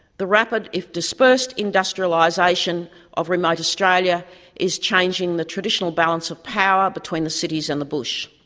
the rapid, if dispersed, industrialisation of remote australia is changing the traditional balance of power between the cities and the bush.